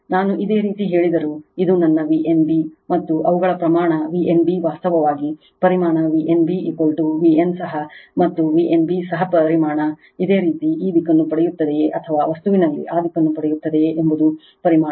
ನಾನು ಇದೇ ರೀತಿ ಹೇಳಿದರೂ ಇದು ನನ್ನ V n b ಮತ್ತು ಅವುಗಳ ಪ್ರಮಾಣ V n b ವಾಸ್ತವವಾಗಿ ಪರಿಮಾಣ V n b V n ಸಹ ಮತ್ತು Vbn ಸಹ ಪರಿಮಾಣ ಇದೇ ರೀತಿ ಈ ದಿಕ್ಕನ್ನು ಪಡೆಯುತ್ತದೆಯೇ ಅಥವಾ ವಸ್ತುವಿನಲ್ಲಿ ಆ ದಿಕ್ಕನ್ನು ಪಡೆಯುತ್ತದೆಯೇ ಎಂಬುದು ಪರಿಮಾಣ